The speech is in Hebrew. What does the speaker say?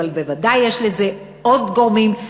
אבל בוודאי יש לזה עוד גורמים,